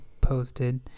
posted